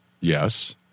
Yes